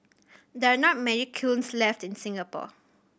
there are not many kilns left in Singapore